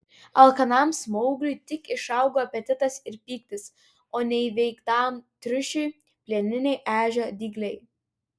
alkanam smaugliui tik išaugo apetitas ir pyktis o neįveiktam triušiui plieniniai ežio dygliai